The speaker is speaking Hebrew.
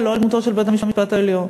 לא על דמותו של בית-המשפט העליון,